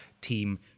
team